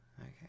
Okay